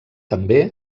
també